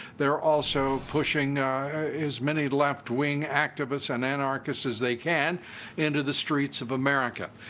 they're also pushing as many left-wing activists and anarchists as they can into the streets of america.